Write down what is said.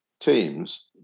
teams